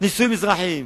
נישואים אזרחיים.